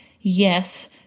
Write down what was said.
Yes